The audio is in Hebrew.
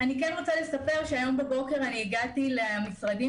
היום בבוקר הגעתי מקרית שמונה למשרדים